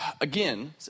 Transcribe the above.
again